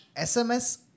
SMS